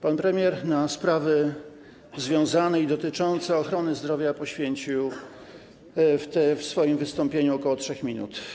Pan premier na sprawy związane i dotyczące ochrony zdrowia poświęcił w swoim wystąpieniu ok. 3 minut.